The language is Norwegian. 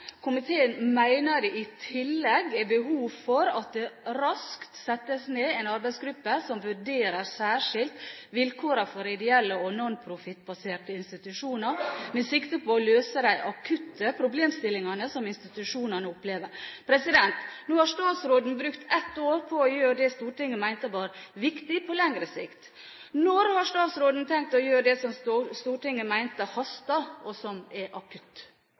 komiteen om følgende: «Komiteen mener det i tillegg er behov for at det raskt nedsettes en arbeidsgruppe som vurderer særskilt vilkårene for ideelle og nonprofittbaserte institusjoner med sikte på å løse de akutte problemstillingene som institusjonene opplever.» Nå har statsråden brukt et år på å gjøre det Stortinget mente var viktig på lengre sikt. Når har statsråden tenkt å gjøre det som Stortinget mente hastet, og som er akutt?